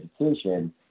education